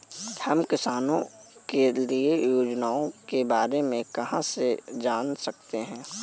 हम किसानों के लिए योजनाओं के बारे में कहाँ से जान सकते हैं?